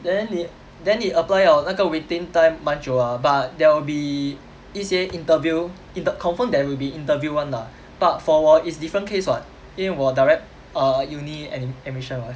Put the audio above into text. then 你 then 你 apply liao 那个 waiting time 蛮久 lah but there will be 一些 interview in the confirmed there will be interview one lah but for 我 is different case [what] 因为我 direct err uni admi~ admission [what]